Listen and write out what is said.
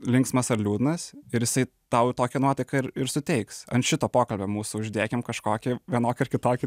linksmas ar liūdnas ir jisai tau tokią nuotaiką ir ir suteiks ant šito pokalbio mūsų uždekim kažkokį vienokį ar kitokį